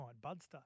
Budster